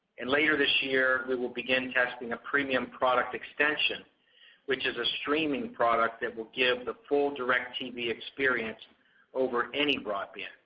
and later this year, we will begin testing a premium product extension which is a streaming product that will give the full directv experience over any broadband,